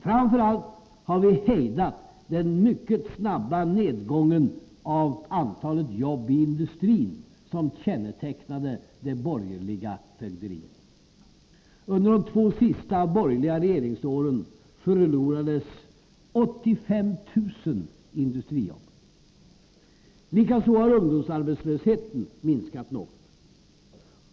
Framför allt har vi hejdat den mycket snabba nedgången av antalet jobb i industrin, som kännetecknade det borgerliga fögderiet. Under de två sista borgerliga regeringsåren förlorades 85 000 industrijobb. Likaså har ungdomsarbetslösheten minskat något.